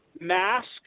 mask